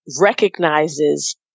recognizes